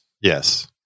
Yes